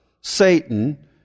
Satan